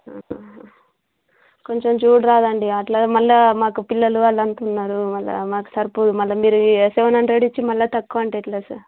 కొంచెం చూడరాదండి అలా మళ్ళీ మాకు పిల్లలు వాళ్ళంతున్నారు మళ్ళీ మాకు సరిపోదు మళ్ళీ మీరు ఎ సెవెన్ హండ్రెడ్ ఇచ్చి మళ్ళీ తక్కువ అంటే ఎట్లా సార్